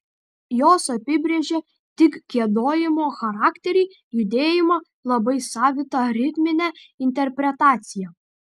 jos apibrėžė tik giedojimo charakterį judėjimą labai savitą ritminę interpretaciją